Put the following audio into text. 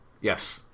Yes